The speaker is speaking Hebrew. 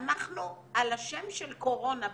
ואנחנו על השם של קורונה,